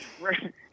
Right